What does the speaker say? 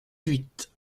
huit